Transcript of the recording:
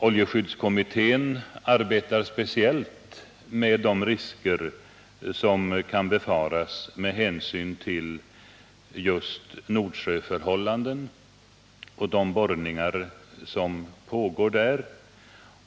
Oljeskyddskommittén arbetar speciellt med de risker som kan befaras med hänsyn till just förhållandena i Nordsjöområdet och de borrningar som pågår där.